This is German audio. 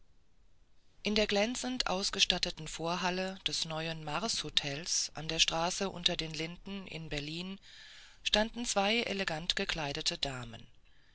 in der glänzend ausgestatteten vorhalle des neuen marshotels an der straße unter den linden in berlin standen zwei elegant gekleidete damen